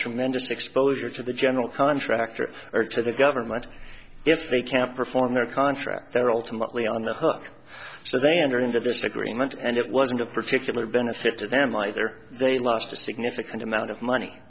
tremendous exposure to the general contractor or to the government if they can't perform their contract they're ultimately on the hook so they enter into this agreement and it wasn't a particular benefit to them either they lost a significant amount of money